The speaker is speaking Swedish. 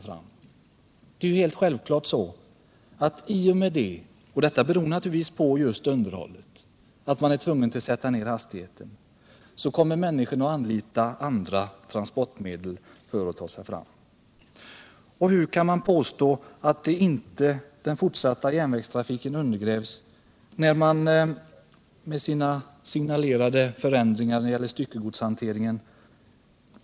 Och hur kan man påstå att inte den fortsatta järnvägstrafiken undergrävs med de signalerade förändringarna av styckegodshanteringen?